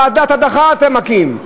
ועדת הדחה אתה מקים,